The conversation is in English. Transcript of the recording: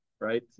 right